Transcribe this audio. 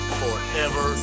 forever